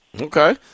Okay